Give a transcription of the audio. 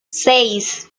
seis